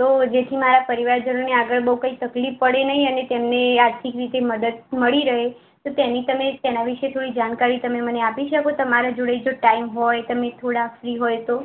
તો જેથી મારા પરિવારજનોને આગળ બહુ કંઈ તકલીફ પડે નહીં અને આર્થિક રીતે મદદ મળી રહે તો તેની તમે તેના વિશે થોડી જાણકારી તમે મને આપી શકો તમારા જોડે જો ટાઈમ હોય તમે થોડા ફ્રી હોય તો